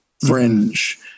fringe